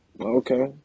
Okay